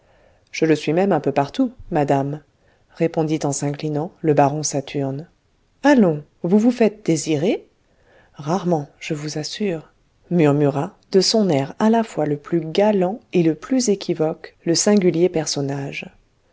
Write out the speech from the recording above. je le suis même un peu partout madame répondit en s'inclinant le baron saturne allons vous vous faites désirer rarement je vous assure murmura de son air à la fois le plus galant et le plus équivoque le singulier personnage